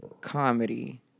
Comedy